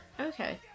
Okay